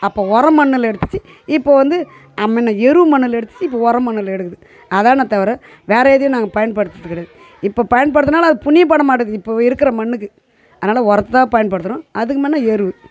அப்போது உரம் மண்ணில் எடுத்துச்சு இப்போ வந்து அம்மண்ணை எரு மண்ணில் எடுத்துச்சு இப்போ உரம் மண்ணில் எடுக்குது அதானே தவிர வேறு எதையும் நாங்கள் பயன்படுத்துகிறது கிடையாது இப்போ பயன்படுத்தினாலும் அது புண்ணியப்படமாட்டுது இப்போ இருக்கிற மண்ணுக்கு அதனால் உரத்த தான் பயன்படுத்துகிறோம் அதுக்கு முன்னே எரு